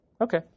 Okay